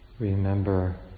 Remember